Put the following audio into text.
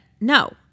no